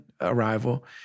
arrival